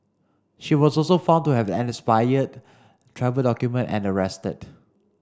she was also found to have an expired travel document and arrested